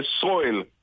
soil